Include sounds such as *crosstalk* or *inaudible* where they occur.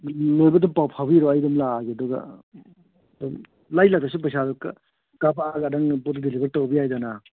ꯂꯣꯏꯕꯗ ꯄꯥꯎ ꯐꯥꯎꯕꯤꯔꯛꯑꯣ ꯑꯩ ꯑꯗꯨꯝ ꯂꯥꯛꯑꯒꯦ ꯑꯗꯨꯒ *unintelligible* ꯄꯩꯁꯥꯗꯨ ꯈꯔ ꯀꯥꯄꯛꯑꯒ ꯅꯪꯅ ꯄꯣꯠꯇꯨ ꯗꯤꯂꯤꯕꯔ ꯇꯧꯕ ꯌꯥꯏꯗꯅ